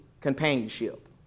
companionship